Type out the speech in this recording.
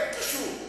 זה כן קשור.